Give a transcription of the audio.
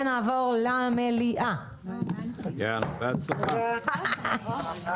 אני נועלת את הדיון.